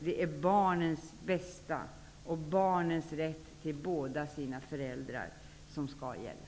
Det är barnens bästa och barnens rätt till båda sina föräldrar som skall gälla.